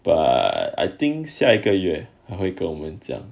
but I err think 下一个月会跟我们讲